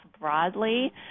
broadly